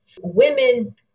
Women